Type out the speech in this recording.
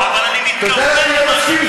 אבל אני מתכוון למה שאני אומר.